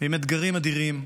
עם אתגרים אדירים.